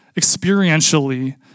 experientially